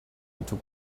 into